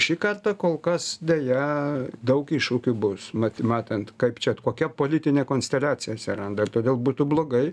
šį kartą kol kas deja daug iššūkių bus mat matant kaip čia kokia politinė konsteliacija atsiranda ir todėl būtų blogai